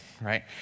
right